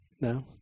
No